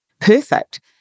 perfect